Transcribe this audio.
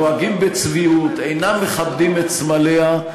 נוהגים בצביעות, אינם מכבדים את סמליה.